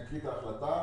בהחלטה